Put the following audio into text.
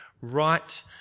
right